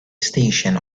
station